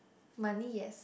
money yes